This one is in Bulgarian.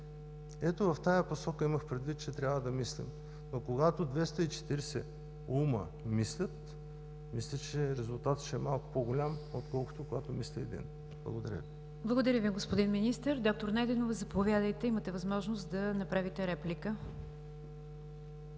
Ето в тази посока имах предвид, че трябва да мислим. Но когато 240 ума мислят, мисля, че резултатът ще е малко по-голям, отколкото когато мисли един. Благодаря Ви. ПРЕДСЕДАТЕЛ НИГЯР ДЖАФЕР: Благодаря Ви, господин Министър. Доктор Найденова, заповядайте, имате възможност да направите реплика.